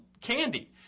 candy